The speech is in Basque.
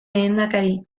lehendakari